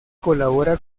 colabora